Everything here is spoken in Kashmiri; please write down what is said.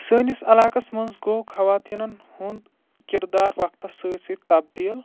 سٲنِس علاقس منٛز گوٚو خواتیٖنَن ہُنٛد کِردار وقتس سۭتۍ سۭتۍ تبدیٖل